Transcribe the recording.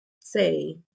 say